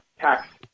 tax